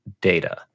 data